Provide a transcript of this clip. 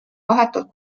vahetult